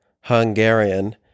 Hungarian